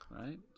right